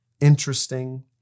interesting